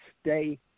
stay